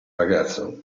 ragazzo